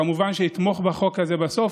כמובן שאתמוך בחוק הזה בסוף,